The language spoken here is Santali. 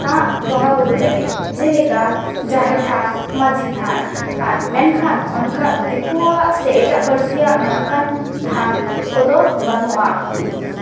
ᱵᱚᱸᱜᱟᱼᱵᱳᱨᱳ ᱞᱟᱹᱜᱤᱫ ᱡᱮᱞᱮᱠᱟ ᱡᱟᱦᱮᱨ ᱛᱷᱟᱱ ᱢᱟᱹᱡᱷᱤ ᱛᱷᱟᱱ ᱢᱮᱱᱠᱷᱟᱱ ᱚᱱᱟ ᱫᱤᱠᱩᱣᱟᱜ ᱥᱮ ᱮᱴᱟᱜ ᱯᱟᱹᱨᱥᱤᱭᱟᱜ ᱱᱚᱝᱠᱟᱱ ᱛᱷᱟᱱ ᱠᱚᱫᱚ ᱵᱟᱹᱱᱩᱜᱼᱟ